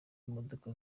imodoka